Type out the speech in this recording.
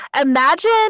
Imagine